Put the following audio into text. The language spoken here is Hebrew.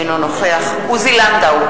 אינו נוכח עוזי לנדאו,